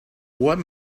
what